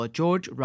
George